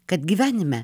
kad gyvenime